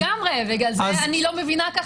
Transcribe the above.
לגמרי, בגלל זה אני לא מבינה.